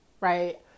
Right